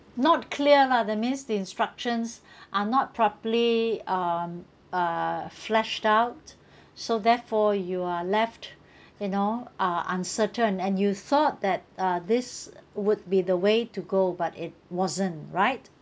not clear lah that means the instructions are not properly um uh flashed out so therefore you are left you know uh uncertain and you thought that uh this would be the way to go but it wasn't right